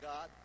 God